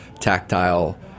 tactile